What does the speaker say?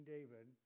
David